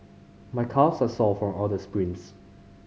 my calves are sore from all the sprints